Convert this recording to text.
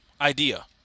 idea